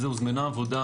הוזמנה עבודה